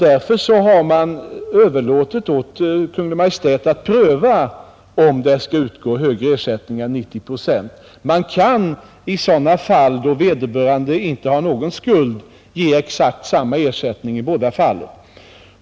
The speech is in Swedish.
Därför har man överlåtit åt Kungl. Maj:t att pröva om det skall utgå högre ersättning än 90 procent. Man kan i sådana fall, då vederbörande inte har någon skuld till det inträffade, ge exakt samma ersättning i båda fallen.